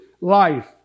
life